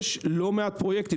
יש לא מעט פרויקטים,